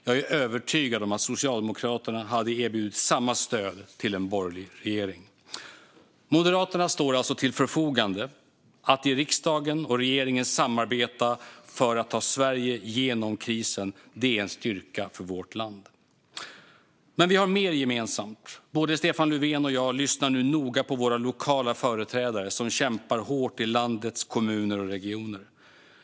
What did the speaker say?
Jag är övertygad om att Socialdemokraterna hade erbjudit samma stöd till en borgerlig regering. Moderaterna står alltså till förfogande för att i riksdagen och regeringen samarbeta för att ta Sverige genom krisen. Det är en styrka för vårt land. Men vi har mer gemensamt. Både Stefan Löfven och jag lyssnar nu noga på våra lokala företrädare, som kämpar hårt i landets kommuner och regioner.